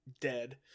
dead